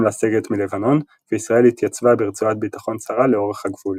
לסגת מלבנון וישראל התייצבה ברצועת ביטחון צרה לאורך הגבול.